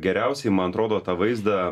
geriausiai man atrodo tą vaizdą